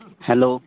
hello